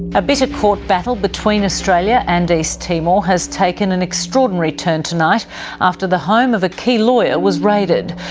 a bitter court battle between australia and east timor has taken an extraordinary turn tonight after the home of a key lawyer was raided.